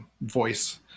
voice